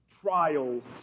Trials